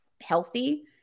healthy